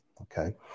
okay